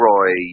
Roy